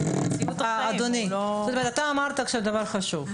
אדוני, אתה אמרת עכשיו דבר חשוב.